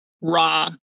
raw